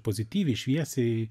pozityviai šviesiai